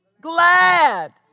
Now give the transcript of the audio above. glad